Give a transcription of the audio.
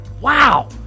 wow